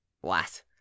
What